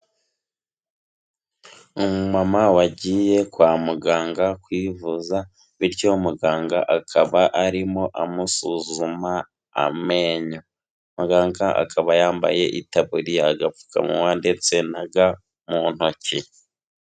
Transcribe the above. Umumama wagiye kwa muganga kwivuza bityo muganga akaba arimo amusuzuma amenyo, muganga akaba yambaye itabuririya, agapfukanwa ndetse na ga mu ntoki.